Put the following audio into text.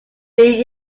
did